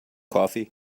coffee